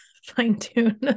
fine-tune